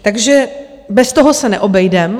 Takže bez toho se neobejdeme.